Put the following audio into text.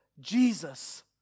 Jesus